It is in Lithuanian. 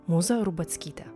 mūza rubackytė